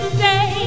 say